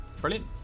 brilliant